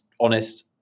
honest